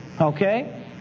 Okay